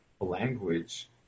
language